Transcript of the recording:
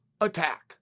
attack